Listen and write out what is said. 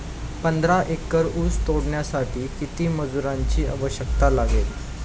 पंधरा एकर ऊस तोडण्यासाठी किती मजुरांची आवश्यकता लागेल?